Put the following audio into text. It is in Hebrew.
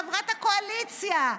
חברת הקואליציה,